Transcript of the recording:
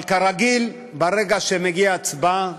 אבל כרגיל, ברגע שמגיעה ההצבעה,